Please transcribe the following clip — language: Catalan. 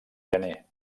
gener